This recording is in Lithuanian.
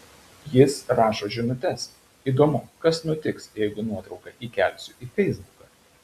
jis rašo žinutes įdomu kas nutiks jeigu nuotrauką įkelsiu į feisbuką